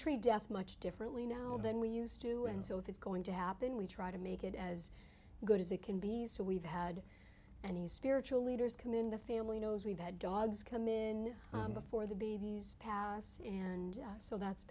treat death much differently now than we used to and so if it's going to happen we try to make it as good as it can be so we've had any spiritual leaders come in the family knows we've had dogs come in before the babies and so that's